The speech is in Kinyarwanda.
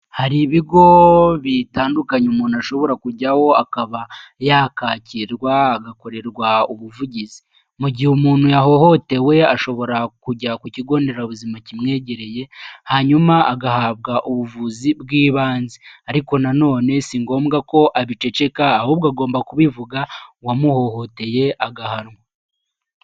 Hari ibigo bitandukanye umuntu ashobora kujyaho akaba yakakirwa agakorerwa ubuvugizi, mu gihe umuntu yahohotewe ashobora kujya ku kigo nderabuzima kimwegereye hanyuma agahabwa ubuvuzi bw'ibanze, ariko nanone si ngombwa ko abiceceka ahubwo agomba kubivuga uwamuhohoteye agahanwa.